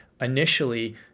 initially